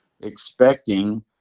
expecting